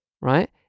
right